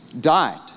Died